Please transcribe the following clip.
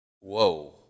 Whoa